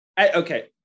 okay